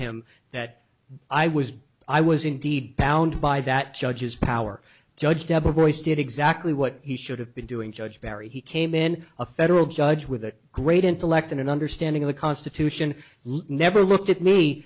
him that i was i was indeed bound by that judge's power judge debra voice did exactly what he should have been doing judge perry he came in a federal judge with a great intellect and an understanding of the constitution never looked at me